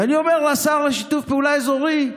ואני אומר לשר לשיתוף פעולה אזורי: